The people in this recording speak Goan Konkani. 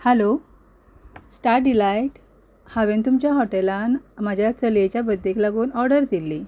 हॅलो स्टार डिलायट हांवें तुमच्या हॉटेलांत म्हज्या चल्येच्या बर्थडेक लागून ऑर्डर दिल्ली